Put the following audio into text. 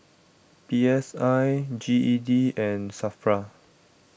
P S I G E D and Safra